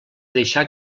deixar